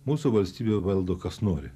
mūsų valstybę valdo kas nori